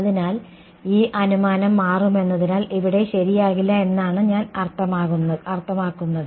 അതിനാൽ ഈ അനുമാനം മാറുമെന്നതിനാൽ ഇവിടെ ശരിയാകില്ല എന്നാണ് ഞാൻ അർത്ഥമാക്കുന്നത്